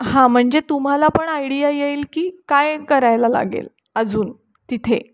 हां म्हणजे तुम्हाला पण आयडिया येईल की काय करायला लागेल अजून तिथे